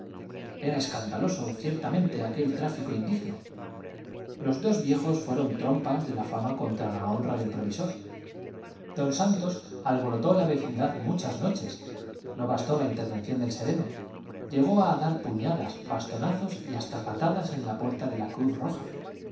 era escandaloso ciertamente aquel tráfico indigno los dos viejos fueron trompas de la fama contra la honra del provisor don santos alborotó la vecindad muchas noches no bastó la intervención del sereno llegó a dar puñadas bastonazos y hasta patadas en la puerta de la cruz roja